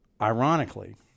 ironically